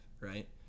right